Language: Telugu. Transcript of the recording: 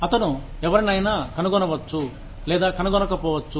అతను ఎవరినైనా కనుగొనవచ్చు లేదా కనుగొనకపోవచ్చు